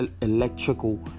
electrical